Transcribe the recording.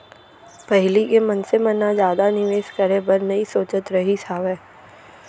पहिली के मनसे मन ह जादा निवेस करे बर नइ सोचत रहिस हावय